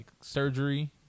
surgery